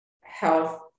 Health